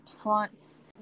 taunts